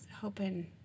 hoping